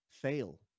Fail